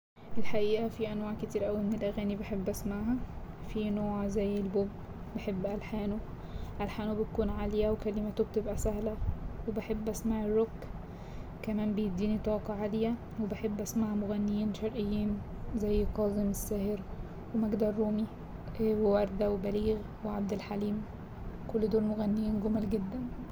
الحقيقة في أنواع كتيرة أوي من الأغاني بحب أسمعها فيه نوع زي البوب بحب ألحانه، ألحانه بتكون عالية وكلماته بتبقى سهلة وبحب أسمع الروك كمان بيديني طاقة عالية وبحب أسمع مغنيين شرقيين زي كاظم الساهر وماجدة الرومي و وردة و بليغ وعبدالحليم كل دول مغنيين جمال جدا.